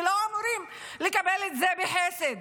ולא אמורים לקבל את זה בחסד.